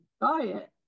diet